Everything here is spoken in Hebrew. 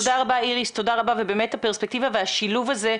תודה רבה, איריס, ובאמת הפרספקטיבה והשילוב הזה,